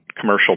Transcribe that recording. commercial